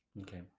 Okay